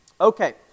Okay